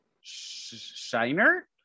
shiner